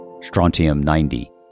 Strontium-90